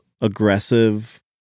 aggressive